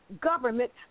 government